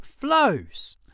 flows